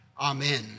Amen